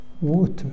Water